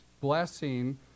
blessing